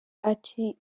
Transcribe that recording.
ati